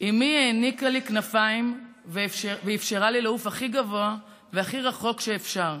אימי העניקה לי כנפיים ואפשרה לי לעוף הכי גבוה והכי רחוק שאפשר.